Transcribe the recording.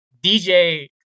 DJ